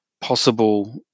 possible